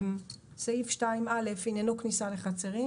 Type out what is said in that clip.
סעיף (2)(א), עניינו כניסה לחצרים.